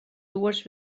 dues